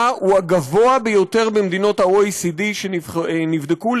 הוא הגבוה ביותר במדינות ה-OECD שנבדקו,